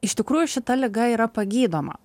iš tikrųjų šita liga yra pagydoma